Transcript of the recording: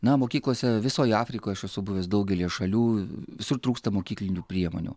na mokyklose visoj afrikoj aš esu buvęs daugelyje šalių visur trūksta mokyklinių priemonių